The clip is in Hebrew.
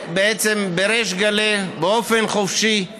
בעצם בריש גלי, באופן חופשי.